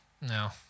No